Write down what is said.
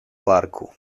parku